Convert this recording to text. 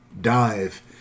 dive